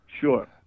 Sure